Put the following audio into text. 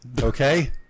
okay